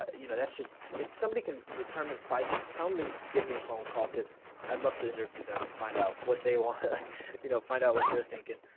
you know that's just if somebody can determine price tell me give me a phone call cuz i'd love to interview them and find out what they want you know find out what they're thinking